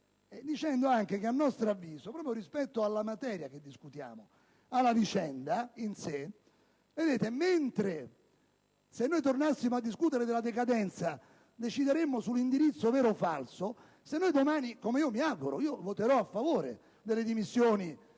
questo modo. A nostro avviso, proprio rispetto alla materia che discutiamo e alla vicenda in sé, mentre se tornassimo a discutere della decadenza, decideremmo sull'indirizzo, vero o falso, domani - come mi auguro, dato che voterò a favore delle dimissioni